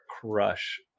crush